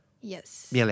Yes